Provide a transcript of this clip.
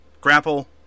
Grapple